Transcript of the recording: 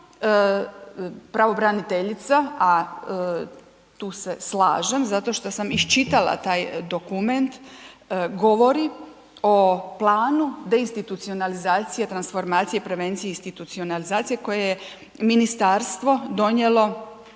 pravobraniteljica a tu se slažem, zato što sam iščitala taj dokument, govori o planu deinstitucionalizacije, transformacije, prevencije i institucionalizacije koje je ministarstvo donijelo